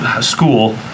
school